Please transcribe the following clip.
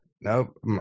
Nope